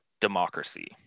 democracy